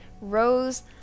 rose